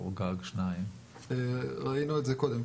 או גג 2%. ראינו את זה קודם.